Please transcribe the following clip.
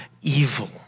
evil